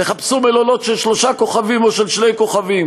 תחפשו מלונות של שלושה כוכבים או של שני כוכבים,